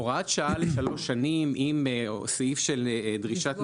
הוראת שעה לשלוש שנים עם סעיף של דרישת